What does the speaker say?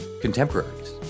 contemporaries